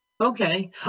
Okay